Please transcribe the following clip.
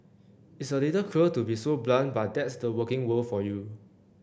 it's a little cruel to be so blunt but that's the working world for you